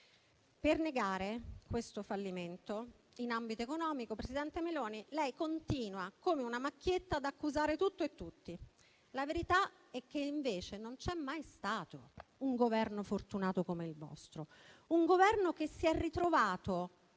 Per negare questo fallimento in ambito economico, presidente Meloni, lei continua come una macchietta ad accusare tutto e tutti. La verità è che non c'è mai stato un Governo fortunato come il vostro; un Governo che si è ritrovato